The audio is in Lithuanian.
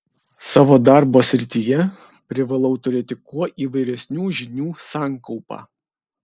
savo darbo srityje privalau turėti kuo įvairesnių žinių sankaupą